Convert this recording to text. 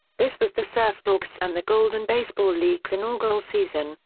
this was the surfdawgs' and the golden baseball league's inaugural season,